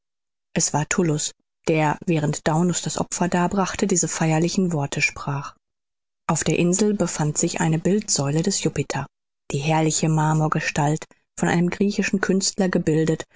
es war tullus der während daunus das opfer darbrachte diese feierlichen worte sprach auf der insel befand sich eine bildsäule des jupiter die herrliche marmorgestalt von einem griechischen künstler gebildet